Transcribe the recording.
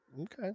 Okay